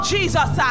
Jesus